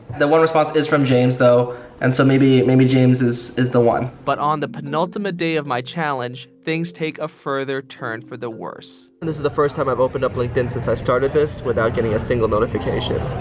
the one response is from james though. and so, maybe maybe james is is the one. but on the penultimate day of my challenge, things take a further turn for the worst. and this is the first time i've opened up linkedin since i started this without getting a single notification.